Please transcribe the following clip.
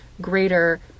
greater